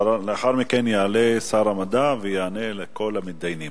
לאחר מכן יעלה שר המדע ויענה לכל המתדיינים.